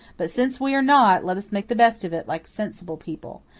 but since we are not, let us make the best of it like sensible people.